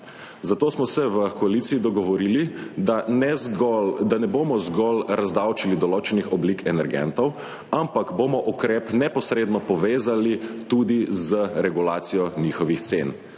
Zato smo se v koaliciji dogovorili, da ne bomo zgolj razdavčili določenih oblik energentov, ampak bomo ukrep neposredno povezali tudi z regulacijo njihovih cen,